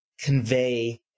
convey